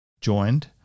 joined